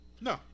No